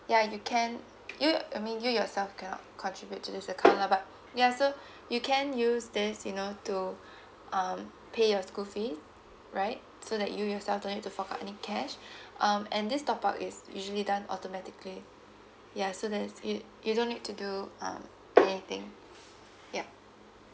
ya you can you I mean you yourself cannot contribute to this account lah but ya so you can use this you know to um pay your school fees right so that you yourself don't need to fork out any cash um and this top up is usually done automatically ya so that's you you don't need to do um anything yup